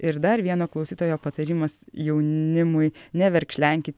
ir dar vieno klausytojo patarimas jaunimui neverkšlenkit